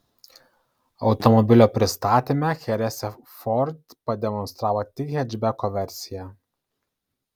automobilio pristatyme cherese ford pademonstravo tik hečbeko versiją